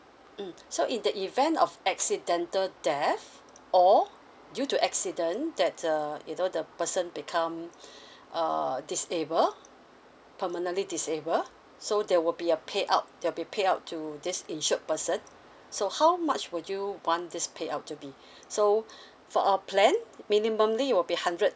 mm so in the event of accidental death or due to accident that err you know the person become err disable permanently disable so there will be a payout there will be payout to this insured person so how much would you want this payout to be so for a plan minimally it'll be hundred